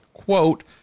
quote